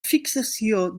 fixació